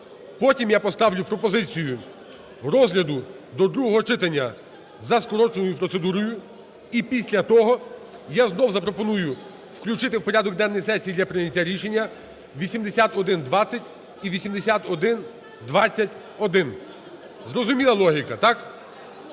Потім я поставлю пропозицію розгляду до другого читання за скороченою процедурою. І після того я знову запропоную включити в порядок денний сесії для прийняття рішення 8120 і 8121. Зрозуміла логіка, так?